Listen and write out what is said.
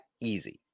easy